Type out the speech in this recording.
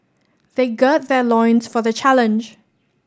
they gird their loins for the challenge